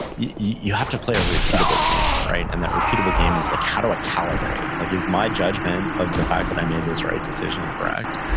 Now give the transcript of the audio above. you have to play a repeatable game, and that repeatable game is like, how do i calibrate? like is my judgment of the fact that i made this right decision correct?